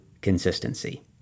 consistency